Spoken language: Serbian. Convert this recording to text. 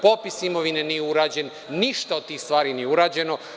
Popis imovine nije urađen, ništa od tih stvari nije urađeno.